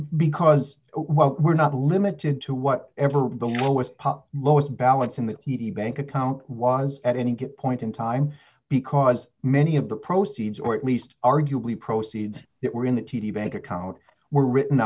because while we're not limited to what ever the lowest lowest balance in the t d bank account was at any point in time because many of the proceeds or at least arguably proceeds that were in the t d bank account were written